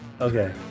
Okay